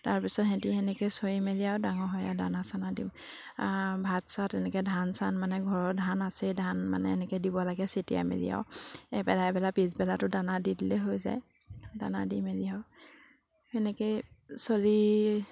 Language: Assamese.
তাৰপিছত সেহেঁতি সেনেকৈ চৰি মেলি আৰু ডাঙৰ হয় আৰু দানা চানা দিওঁ ভাত চাত এনেকৈ ধান চান মানে ঘৰৰ ধান আছেই ধান মানে এনেকৈ দিব লাগে চটিয়াই মেলি আৰু এবেলা এবেলা পিছবেলাতো দানা দি দিলে হৈ যায় দানা দি মেলি আৰু সেনেকৈয়ে চলি